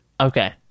Okay